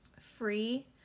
free